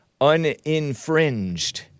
uninfringed